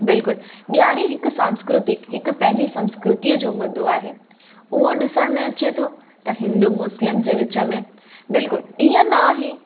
बिल्कुलु ॾियारी हिकु सांस्कृतिक हिकु पंहिंजी संस्कृतीअ जो मुद्दो आहे उहो ॾिसण में अचे थो त हिंदू मुस्लिम जे विच में बिल्कुलु ईअं न आहे